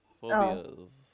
Phobias